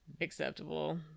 acceptable